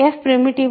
f ప్రిమిటివా